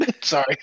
sorry